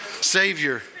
Savior